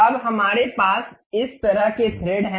अब हमारे पास इस तरह के थ्रेड हैं